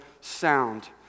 sound